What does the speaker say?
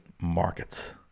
markets